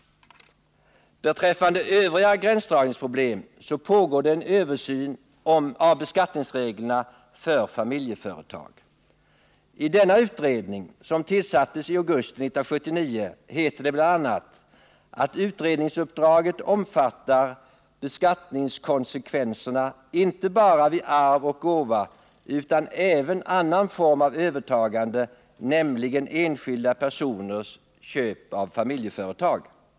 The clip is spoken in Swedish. Beträffande övriga gränsdragningsproblem pågår det en översyn av beskattningsreglerna för familjeföretag. I direktiven till denna utredning, som tillsattes i augusti 1979, heter det bl.a. att utredningsuppdraget omfattar beskattningskonsekvenserna inte bara vid arv och gåva utan även annan form av övertagande, nämligen enskilda personers köp av familjeföretag.